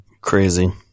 Crazy